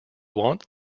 want